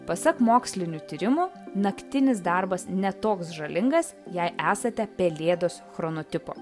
pasak mokslinių tyrimų naktinis darbas ne toks žalingas jei esate pelėdos chronotipo